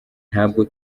ntabwo